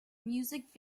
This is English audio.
music